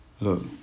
look